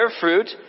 fruit